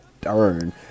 darn